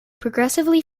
progressively